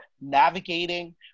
navigating